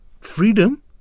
freedom